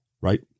right